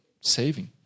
saving